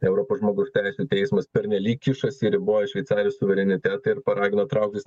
europos žmogaus teisių teismas pernelyg kišasi riboja šveicarijos suverenitetą ir paragino trauktis